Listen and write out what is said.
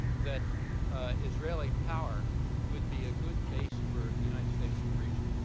that israeli power would be a good base for the united states in the region.